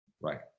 Right